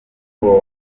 kuvoma